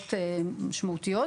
דוגמאות משמעותיות.